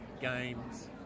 games